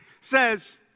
says